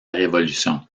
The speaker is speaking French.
révolution